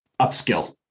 upskill